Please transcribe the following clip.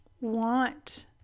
want